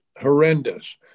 horrendous